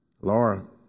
Laura